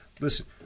Listen